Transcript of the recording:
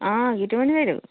অঁ গীতুমণি বাইদেউ